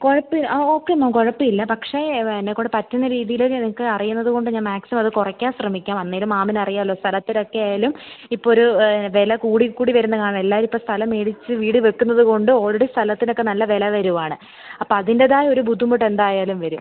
കുഴപ്പം ആ okay ma'am കുഴപ്പം ഇല്ല പക്ഷേ എന്നെ കൊണ്ട് പറ്റുന്ന രീതിയിൽ എനിക്ക് അറിയുന്നത് കൊണ്ട് ഞാൻ മാക്സിമം അത് കുറയ്ക്കാൻ ശ്രമിക്കാം അല്ലെങ്കിലും മാമിന് അറിയാമല്ലോ സ്ഥലത്തിനൊക്കെ ആയാലും ഇപ്പോൾ ഒരു വില കൂടി കൂടി വരുന്നതാണ് എല്ലാവരും ഇപ്പോൾ സ്ഥലം മേടിച്ച് വീട് വയ്ക്കുന്നത് കൊണ്ട് ഓൾറെഡി സ്ഥലത്തിനൊക്കെ നല്ല വില വരുവാണ് അപ്പോൾ അതിൻ്റെതായൊരു ബുദ്ധിമുട്ട് എന്തായാലും വരും